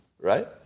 Right